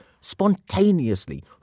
spontaneously